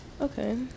Okay